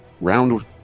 Round